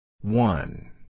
One